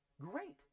great